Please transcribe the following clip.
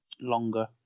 Longer